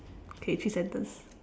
okay three sentence